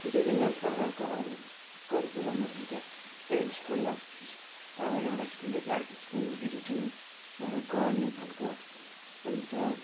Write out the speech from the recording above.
विभिन्न प्रकारको अरू करिकुलमहरू पनि थियो त्यही स्कुल अब एउटा स्कुलदेखि अर्को स्कुलमा भिजिटिङ्हरू गर्ने खालको अन्त